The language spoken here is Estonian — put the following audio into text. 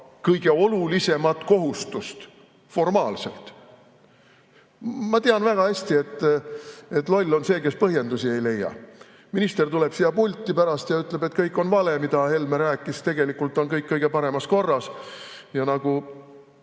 kõige olulisemasse kohustusse formaalselt. Ma tean väga hästi, et loll on see, kes põhjendusi ei leia. Minister tuleb pärast siia pulti ja ütleb, et kõik on vale, mida Helme rääkis, ja tegelikult on kõik kõige paremas korras. Ma